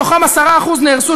מתוכם 10% נהרסו,